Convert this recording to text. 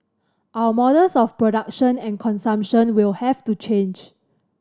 our models of production and consumption will have to change